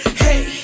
hey